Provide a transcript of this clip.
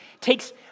takes